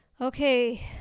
Okay